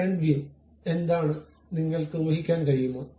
front view എന്താണ് നിങ്ങൾക്ക് ഊഹിക്കാൻ കഴിയുമോ